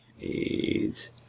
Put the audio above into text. Eight